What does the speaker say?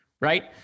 right